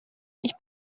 ich